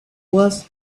was